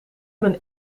mijn